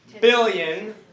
billion